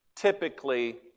typically